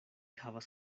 havas